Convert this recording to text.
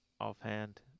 offhand